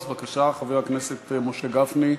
אז בבקשה, חבר הכנסת משה גפני,